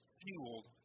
fueled